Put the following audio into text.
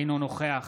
אינו נוכח